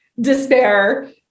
despair